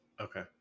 Okay